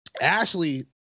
Ashley